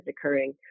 occurring